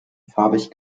farbig